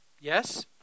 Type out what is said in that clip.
Yes